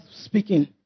speaking